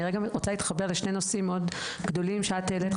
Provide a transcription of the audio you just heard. אני רגע רוצה להתחבר לשני נושאים מאוד גדולים שאת העלית,